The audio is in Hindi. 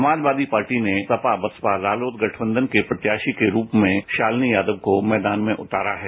समाजवादी पार्टी ने सपा बसपा रालोद गठबंधन के प्रत्याशी के रूप में शालिनी यादव को मैदान में उतारा है